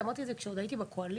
אמרתי את זה כשעוד הייתי בקואליציה